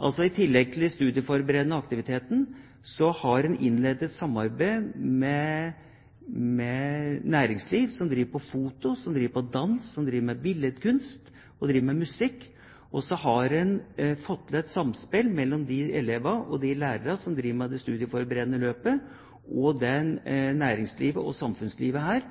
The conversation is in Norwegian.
I tillegg til de studieforberedende aktivitetene har en innledet et samarbeid med næringslivet knyttet til å drive med foto, dans, billedkunst og musikk. En har fått til et samspill mellom de elevene og de lærerne som driver med det studieforberedende løpet, og næringslivet og samfunnslivet her,